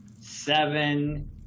seven